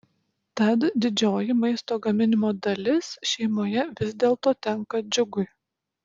tad didžioji maisto gaminimo dalis šeimoje vis dėlto tenka džiugui